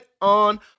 on